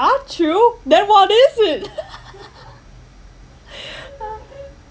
ah chu then what is it